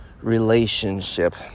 relationship